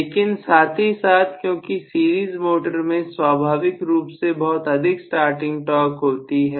लेकिन साथ ही साथ क्योंकि सीरीज मोटर में स्वाभाविक रूप से बहुत अधिक स्टार्टिंग टॉर्क होती है